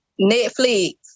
Netflix